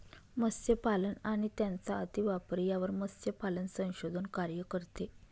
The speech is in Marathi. मत्स्यपालन आणि त्यांचा अतिवापर यावर मत्स्यपालन संशोधन कार्य करते